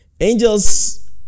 Angels